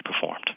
performed